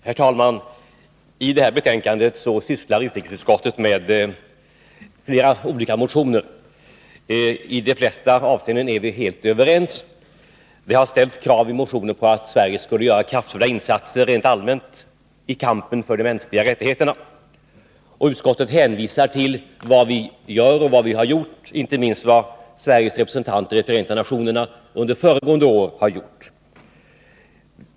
Herr talman! I detta betänkande behandlar utrikesutskottet olika motioner om de mänskliga rättigheterna. I de flesta avseenden är vi helt överens. Det har ställts krav i motioner att Sverige skulle göra kraftfulla insatser rent allmänt i kampen för de mänskliga rättigheterna. Utskottet hänvisar till vad vi gör och vad vi har gjort, inte minst vad Sveriges representanter i Förenta nationerna under föregående år har sagt.